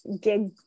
gig